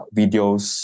videos